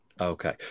Okay